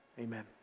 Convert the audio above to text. Amen